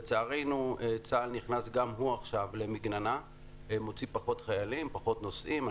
לצערנו צה"ל נכנס גם הוא עכשיו למגננה ומוציא פחות חיילים ופחות נוסעים.